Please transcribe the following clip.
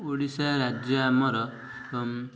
ଓଡ଼ିଶା ରାଜ୍ୟ ଆମର